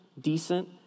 decent